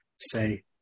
say